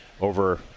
over